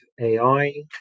AI